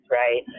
right